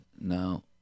now